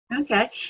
Okay